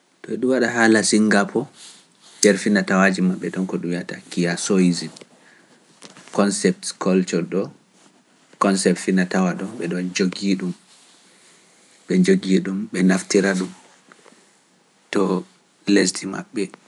To e ɗum waɗa haala singapore, nder finaa-tawaaji maɓɓe ɗon ko ɗum wi'ata kiasoism. Concept culture ɗoo, concept fina-tawaa ɗon, ɓe ɗon njogii-ɗum, ɓe njogii-ɗum, ɓe naftira-ɗum to lesdi maɓɓe.